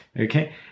Okay